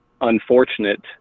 unfortunate